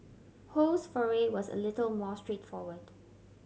Ho's foray was a little more straightforward